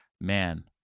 man